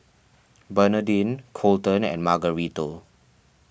Bernardine Coleton and Margarito